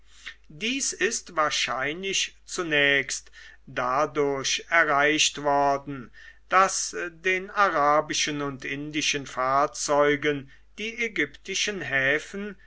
dies ist wahrscheinlich zunächst dadurch erreicht worden daß den arabischen und indischen fahrzeugen die ägyptischen häfen